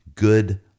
Good